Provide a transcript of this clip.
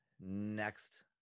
next